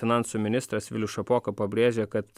finansų ministras vilius šapoka pabrėžė kad